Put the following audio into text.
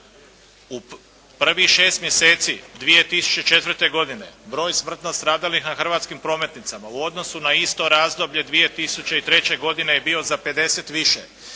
u prvih šest mjeseci 2004. godine broj smrtno stradalih na hrvatskim prometnicama u odnosu na isto razdoblje 2003. godine je bio za 50 više.